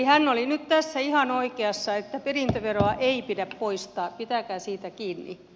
hän oli nyt tässä ihan oikeassa että perintöveroa ei pidä poistaa pitäkää siitä kiinni